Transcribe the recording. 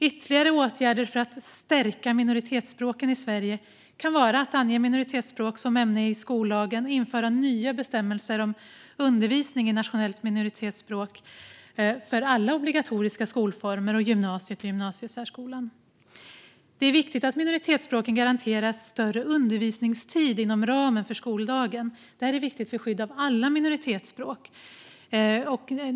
Ytterligare åtgärder för att stärka minoritetsspråken i Sverige kan vara att ange minoritetsspråk som ett ämne i skollagen och införa nya bestämmelser om undervisning i nationellt minoritetsspråk för alla obligatoriska skolformer samt för gymnasiet och gymnasiesärskolan. Det är viktigt att minoritetsspråken garanteras mer undervisningstid inom ramen för skoldagen. Detta är viktigt för skyddet av alla minoritetsspråk.